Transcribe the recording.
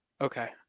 Okay